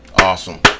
Awesome